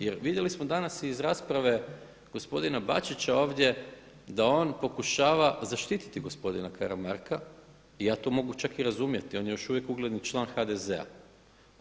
Jer vidjeli smo danas iz rasprave gospodina Bačića ovdje da on pokušava zaštititi gospodina Karamarka i ja to mogu čak i razumjeti, on je još uvijek ugledni član HDZ-a.